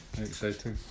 Exciting